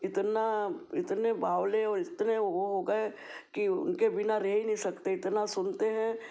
इतना इतने बावले और इतने वो हो गए कि उनके बिना रह ही नहीं सकते इतना सुनते हैं